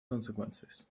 consequences